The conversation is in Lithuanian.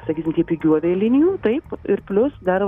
sakysim tie pigių avialinijų taip ir plius dar